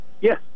Yes